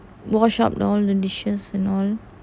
wash up all the dishes and all